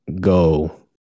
go